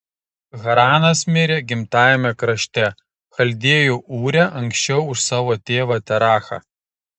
haranas mirė gimtajame krašte chaldėjų ūre anksčiau už savo tėvą terachą